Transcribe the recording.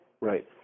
Right